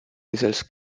results